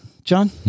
John